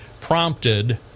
prompted